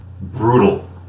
brutal